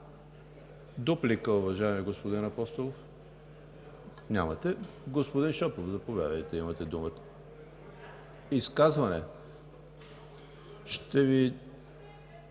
Дуплика, уважаеми господин Апостолов. Нямате. Господин Шопов, заповядайте, имате думата. ПАВЕЛ ШОПОВ